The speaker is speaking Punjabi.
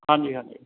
ਹਾਂਜੀ ਹਾਂਜੀ